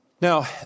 Now